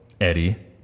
Eddie